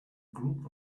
group